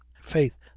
faith